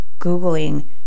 Googling